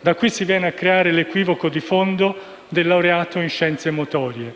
Da qui si viene a creare l'equivoco di fondo del laureato in scienze motorie,